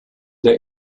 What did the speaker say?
der